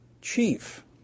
chief